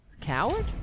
Coward